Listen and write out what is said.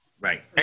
Right